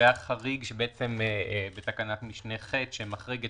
וההוראה בתקנת משנה (ח) שמחריגה